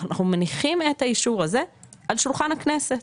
אנחנו מניחים את האישור הזה על שולחן הכנסת.